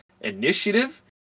initiative